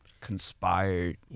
conspired